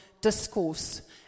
discourse